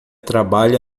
trabalha